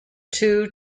two